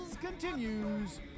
continues